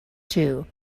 two